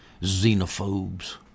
xenophobes